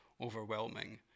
overwhelming